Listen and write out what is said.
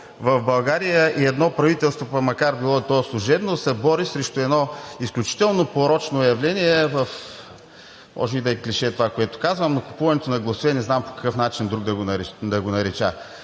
в България и едно правителство, макар било то и служебно, се бори срещу едно изключително порочно явление – може и да е клише това, което казвам, но купуването на гласове не знам по какъв друг начин да го нарека.